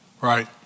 right